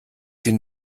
sie